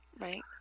right